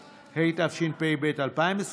(חיסיון קרימינולוג קליני), התשפ"ב 2022,